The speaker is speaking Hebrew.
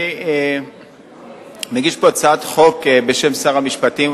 אני מגיש פה הצעת חוק בשם שר המשפטים,